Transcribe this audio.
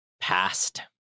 past